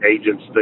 agents